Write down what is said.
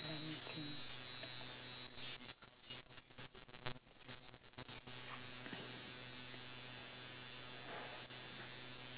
let me think